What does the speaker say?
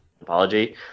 apology